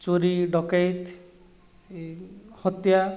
ଚୋରି ଡକାୟତି ଏହି ହତ୍ୟା